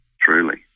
Truly